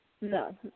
No